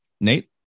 Nate